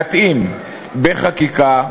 להתאים בחקיקה,